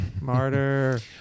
Martyr